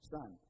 Son